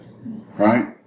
right